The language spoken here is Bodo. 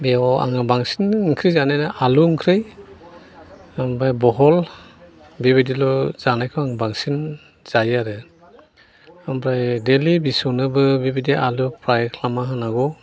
बेयाव आङो बांसिन ओंख्रि जानायानो आलु ओंख्रि ओमफ्राय बहल बेबादि ल' जानायखौ आं बांसिन जायो आरो ओमफ्राय डेलि फिसौनोबो बेबादि आलु फ्राय खालामना होनांगौ